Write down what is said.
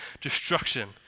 destruction